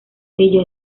ella